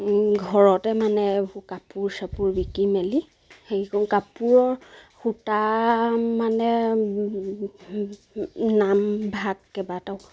ঘৰতে মানে কাপোৰ চাপোৰ বিকি মেলি হেৰি কৰোঁ কাপোৰৰ সূতা মানে নামভাগ কেইবাটাও